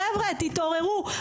חבר'ה תתעוררו,